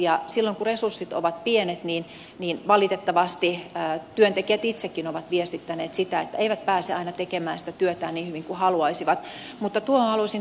silloin kun resurssit ovat pienet valitettavasti työntekijät itsekin ovat viestittäneet sitä että eivät pääse aina tekemään sitä työtään niin hyvin kuin haluaisivat